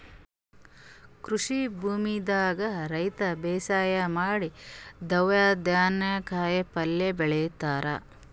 ಕೃಷಿ ಭೂಮಿದಾಗ್ ರೈತರ್ ಬೇಸಾಯ್ ಮಾಡಿ ದವ್ಸ್ ಧಾನ್ಯ ಕಾಯಿಪಲ್ಯ ಬೆಳಿತಾರ್